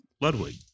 Ludwig